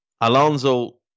Alonso